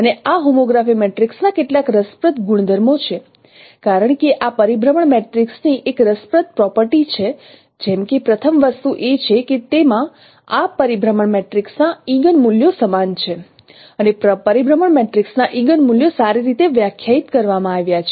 અને આ homography matrix ના કેટલાક રસપ્રદ ગુણધર્મો છે કારણ કે આ પરિભ્રમણ મેટ્રિક્સની એક રસપ્રદ પ્રોપર્ટી છે જેમ કે પ્રથમ વસ્તુ એ છે કે તેમાં આ પરિભ્રમણ મેટ્રિક્સ ના ઇગન્ મૂલ્યો સમાન છે અને પરિભ્રમણ મેટ્રિક્સના ઇગન્ મૂલ્યો સારી રીતે વ્યાખ્યાયિત કરવામાં આવ્યા છે